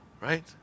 right